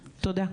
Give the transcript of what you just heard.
תודה.